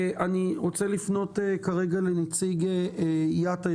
אני רוצה לפנות כרגע לנציג יאט"א,